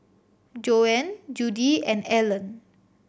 Joann Judi and Alan